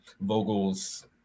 Vogel's